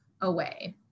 away